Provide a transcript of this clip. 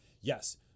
Yes